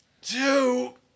two